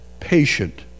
Patient